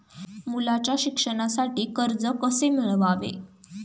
मुलाच्या शिक्षणासाठी कर्ज कसे मिळवावे?